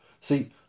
see